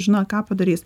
žino ką padarys